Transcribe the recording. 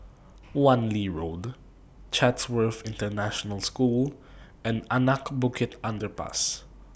Wan Lee Road Chatsworth International School and Anak Bukit Underpass